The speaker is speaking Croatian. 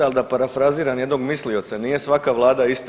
Ali da parafraziram jednog mislioca, nije svaka Vlada ista.